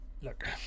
Look